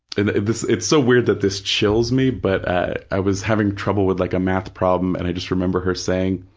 and it's so weird that this chills me, but ah i was having trouble with like a math problem and i just remember her saying,